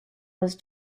was